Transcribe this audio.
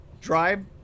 drive